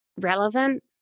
relevant